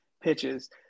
pitches